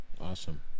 Awesome